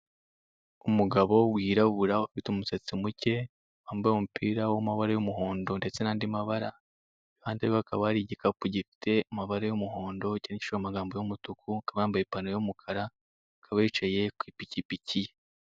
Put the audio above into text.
umugabo wirabura ufite umusatsi muke wambaye umupira w'amabara y'umuhondo ndetse nandi mabara, iruhande rwe hakaba hari igikapu gifite amabara y'umuhondo cyandikishijweho amagambo y'umutuku akaba yambaye ipantaro y'umukara akaba yicaye kwipikipiki ye.